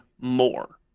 more